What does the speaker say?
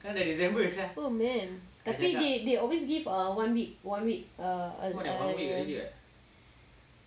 oh man tapi they they always give a one week one week